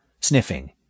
sniffing